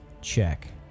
check